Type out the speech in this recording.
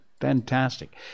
Fantastic